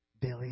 Billy